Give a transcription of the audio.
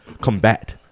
combat